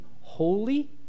holy